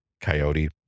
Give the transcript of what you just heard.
coyote